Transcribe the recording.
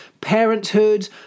parenthood